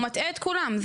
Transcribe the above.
ומטעה את כולם.